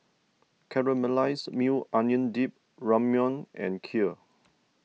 Caramelized Maui Onion Dip Ramyeon and Kheer